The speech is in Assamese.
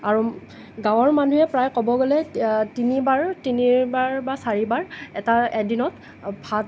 আৰু গাঁৱৰ মানুহে প্ৰায় ক'ব গ'লে তিনিবাৰ তিনিবাৰ বা চাৰিবাৰ এটা এদিনত ভাত